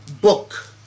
book